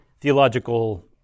theological